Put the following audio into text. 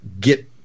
get